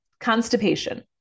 constipation